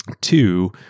Two